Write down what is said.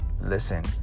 Listen